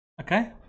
Okay